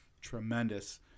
tremendous